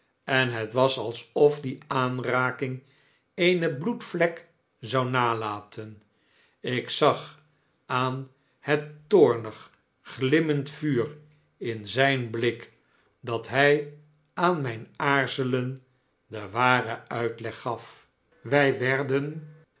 en het was alsof die aanraking eene bloedvlek zou nalaten ik zag aan het toornig glimmend vuur in zyn blik dat hy aan mp aarzelen den waren uitleg gaf wfl werden